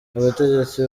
abategetsi